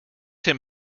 him